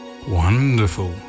Wonderful